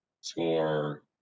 score